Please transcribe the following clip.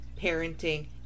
parenting